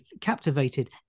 captivated